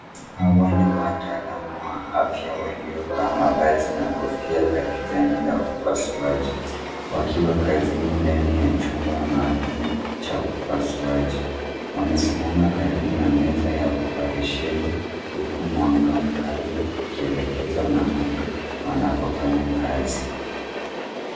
Hawa ni wataalamu wa afya waliovaa mavazi na kofia za kijani za upasuaji, wakiwa kazini ndani ya chumba maalum cha upasuaji. Wamesimama karibu na meza ya oparesheni huku mwanga mkali ukielekezwa mahali wanapofanya kazi.